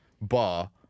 bar